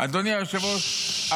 אדוני היושב-ראש,